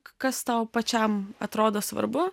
kas tau pačiam atrodo svarbu